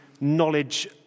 knowledge